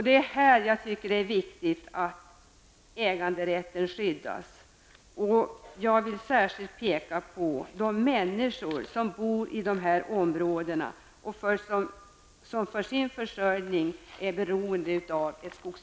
Det är viktigt att äganderätten skyddas på detta område, och jag vill särskilt framhålla de människor som bor i dessa områden och som för sin försörjning är beroende av skogsbruket.